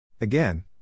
Again